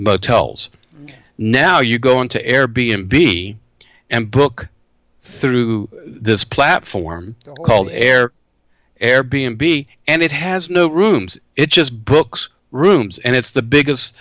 you now you go on to air b n b and book through this platform called air air b n b and it has no rooms it just books rooms and it's the biggest